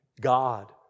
God